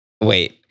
Wait